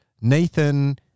Nathan